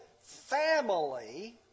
family